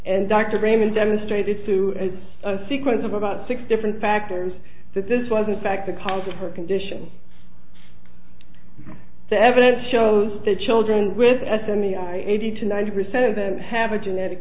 and dr raymond demonstrated to as a sequence of about six different factors that this was in fact the cause of her condition the evidence shows that children with s n e i eighty to ninety percent of them have a genetic